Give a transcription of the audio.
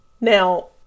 Now